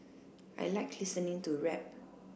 I like listening to rap